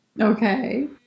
Okay